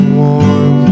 warm